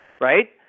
right